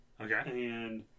Okay